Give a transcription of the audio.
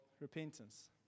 repentance